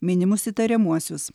minimus įtariamuosius